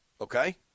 okay